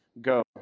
Go